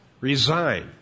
Resign